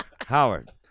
Howard